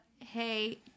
Hey